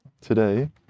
today